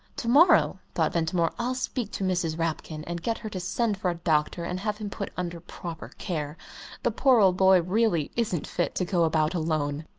to-morrow, thought ventimore, i'll speak to mrs. rapkin, and get her to send for a doctor and have him put under proper care the poor old boy really isn't fit to go about alone!